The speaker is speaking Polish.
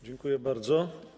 Dziękuję bardzo.